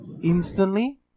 instantly